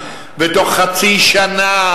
ובתוך חצי שנה,